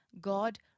God